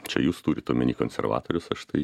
čia jūs turit omeny konservatorius aš tai